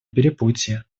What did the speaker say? перепутье